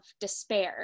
despair